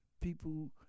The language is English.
people